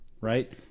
right